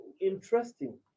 interesting